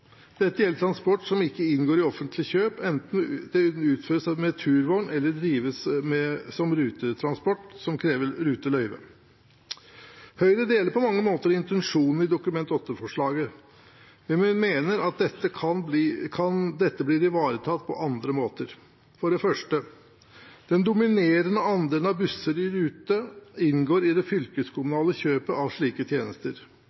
Dette gjelder transport som ikke inngår i et offentlig kjøp, enten den utføres med turvogn eller drives som rutetransport som krever ruteløyve. Høyre deler på mange måter intensjonene i Dokument 8-forslaget, men vi mener at dette blir ivaretatt på andre måter. For det første inngår den dominerende andelen av busser i rute i det fylkeskommunale kjøpet av slike tjenester.